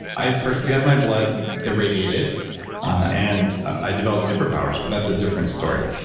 i've personally had my blood irradiated and i developed superpowers, but that's a different story